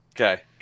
Okay